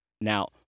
Now